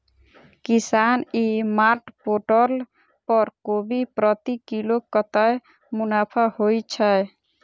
किसान e mart portal पर कोबी प्रति किलो कतै मुनाफा होइ छै?